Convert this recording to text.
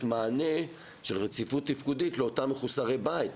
מענה של רציפות תפקודית לאותם מחוסרי בית,